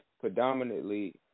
predominantly